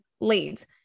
leads